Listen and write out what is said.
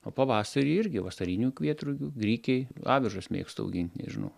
o pavasarį irgi vasarinių kvietrugių grikiai avižas mėgstu augint nežinau